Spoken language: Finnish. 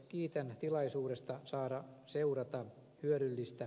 kiitän tilaisuudesta saada seurata hyödyllistä